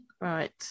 Right